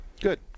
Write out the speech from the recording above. Good